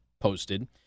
posted